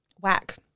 Whack